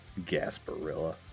Gasparilla